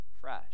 fresh